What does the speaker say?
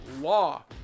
law